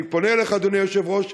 אני פונה אליך, אדוני היושב-ראש,